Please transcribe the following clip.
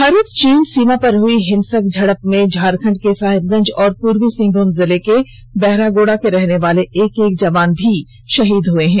भारत चीन सीमा पर हुई हिंसक झड़प में झारखंड के साहेबगंज और पूर्वी सिंहभूम जिले के बहरागोड़ा के रहने वाले एक एक जवान भी शहीद हो गए हैं